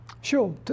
Sure